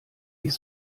ich